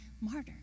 martyr